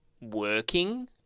working